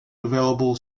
available